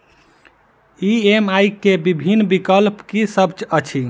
EMI केँ विभिन्न विकल्प की सब अछि